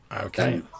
Okay